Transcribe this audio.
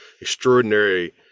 extraordinary